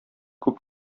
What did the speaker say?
күп